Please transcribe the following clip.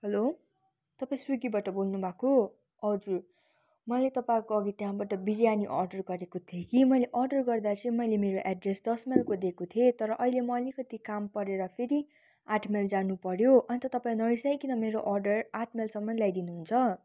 hello तपाईँ सुइगीबाट बोल्नु भएको हजुर मैले तपाईँको अघि त्यहाँबाट बिरयानी अर्डर गरेको थे कि मैले अर्डर गर्दा चाहिँ मैले मेरो एड्रेस दस माइलको दिएको थिएँ तर अहिले म अलिकति काम परेर फेरि आठ माइल जानु पऱ्यो अन्त तपाईँ नरिसाइकिन मेरो अर्डर आठ माइलसम्म ल्याइदिनु हुन्छ